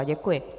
Děkuji.